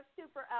Super